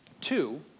Two